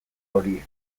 horiek